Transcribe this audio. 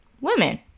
women